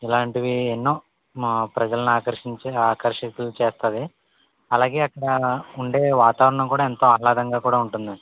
ఇలాంటివి ఎన్నో మా ప్రజల్ని ఆకర్షించి ఆకర్షితుల్ని చేస్తాయి అలాగే అక్కడ ఉండే వాతావరణం కూడ ఎంతో ఆహ్లాదంగా కూడ ఉంటుందండి